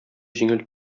җиңел